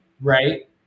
right